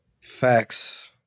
Facts